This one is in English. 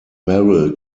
merrill